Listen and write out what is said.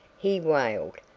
he wailed,